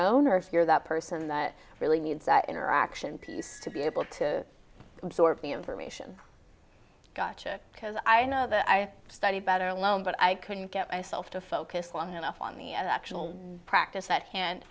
own or if you're that person that really needs that interaction piece to be able to absorb the information gotcha because i know that i study better alone but i couldn't get myself to focus long enough on the actual practice that an